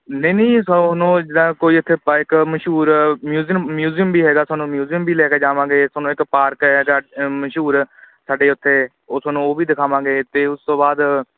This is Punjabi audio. ਨਹੀਂ ਨਹੀਂ ਜੀ ਸੌ ਨੌ ਜਿੱਦਾਂ ਕੋਈ ਇੱਥੇ ਪਾਇਕ ਮਸ਼ਹੂਰ ਮਿਊਜ਼ੀਅਮ ਮਿਊਜ਼ੀਅਮ ਵੀ ਹੈਗਾ ਤੁਹਾਨੂੰ ਮਿਊਜ਼ੀਅਮ ਵੀ ਲੈ ਕੇ ਜਾਵਾਂਗੇ ਤੁਹਾਨੂੰ ਇੱਕ ਪਾਰਕ ਹੈਗਾ ਮਸ਼ਹੂਰ ਸਾਡੇ ਉੱਥੇ ਉਹ ਤੁਹਾਨੂੰ ਉਹ ਵੀ ਦਿਖਾਵਾਂਗੇ ਅਤੇ ਉਸ ਤੋਂ ਬਾਅਦ